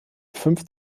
fünf